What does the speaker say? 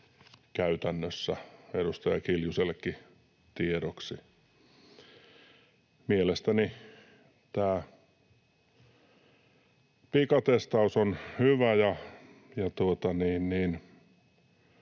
— edustaja Kiljusellekin tiedoksi. Mielestäni tämä pikatestaus on hyvä,